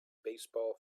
baseball